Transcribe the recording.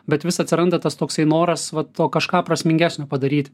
bet vis atsiranda tas toksai noras vat o kažką prasmingesnio padaryt